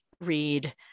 read